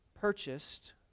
purchased